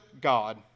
God